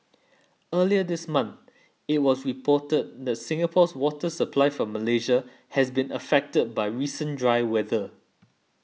earlier this month it was reported that Singapore's water supply from Malaysia has been affected by recent dry weather